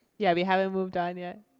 yeah we haven't moved on yet.